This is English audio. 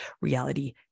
reality